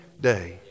day